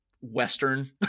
Western